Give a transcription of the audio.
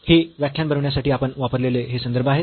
हे व्याख्यान बनविण्यासाठी आपण वापरलेले हे संदर्भ आहेत